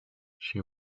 she